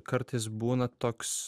kartais būna toks